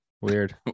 weird